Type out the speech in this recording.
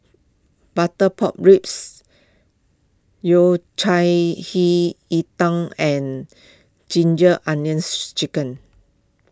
Butter Pork Ribs Yao Cai Hei Ji Tang and Ginger Onions Chicken